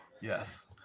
Yes